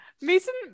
Mason